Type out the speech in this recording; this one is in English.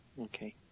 Okay